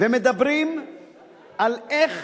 ומדברים על איך